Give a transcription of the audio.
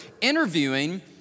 interviewing